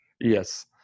yes